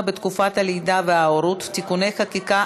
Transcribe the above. בתקופת הלידה וההורות (תיקוני חקיקה),